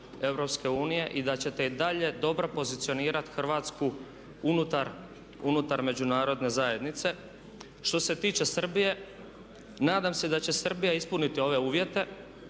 i da ćete i dalje dobro pozicionirati Hrvatsku unutar međunarodne zajednice. Što se tiče Srbije nadam se da će Srbija ispuniti ove uvjete